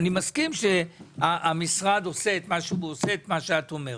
אני מסכים שהמשרד עושה את מה שאת אומרת.